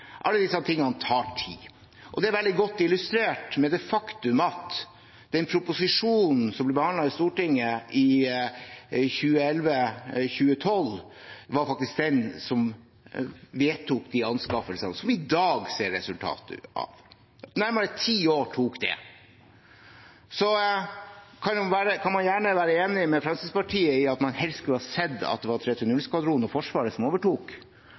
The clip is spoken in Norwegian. Alle disse tingene tar tid, og det er veldig godt illustrert med det faktum at den proposisjonen som ble behandlet i Stortinget i 2011–2012, var faktisk den som vedtok de anskaffelsene som vi i dag ser resultater av. Nærmere ti år tok det. Man kan gjerne være enig med Fremskrittspartiet i at man helst skulle sett at det var 330-skvadronen og Forsvaret som overtok.